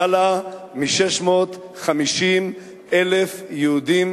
למעלה מ-650,000 יהודים,